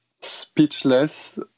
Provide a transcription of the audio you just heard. speechless